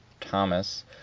thomas